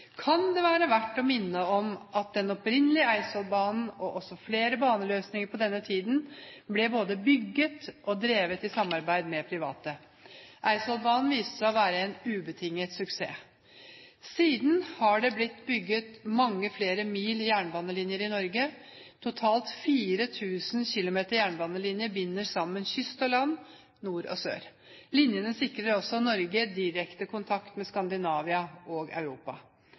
kan det være verdt å minne om at den opprinnelige Eidsvollbanen, og også flere baneløsninger på denne tiden, både ble bygget og drevet i samarbeid med private. Eidsvollbanen viste seg å være en ubetinget suksess. Siden har det blitt bygget mange flere mil jernbanelinjer i Norge. Totalt 4 000 km jernbanelinjer binder sammen kyst og land, nord og sør. Linjene sikrer også Norge direkte kontakt med Skandinavia og Europa.